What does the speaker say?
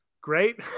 great